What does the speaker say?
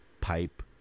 pipe